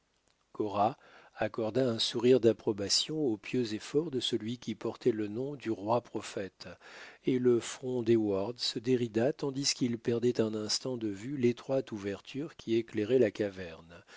cora accorda un sourire d'approbation aux pieux efforts de celui qui portait le nom du roi prophète et le front d'heyward se dérida tandis qu'il perdait un instant de vue l'étroite ouverture qui éclairait la caverne